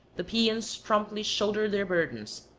the peons promptly shouldered their burdens,